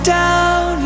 down